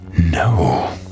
no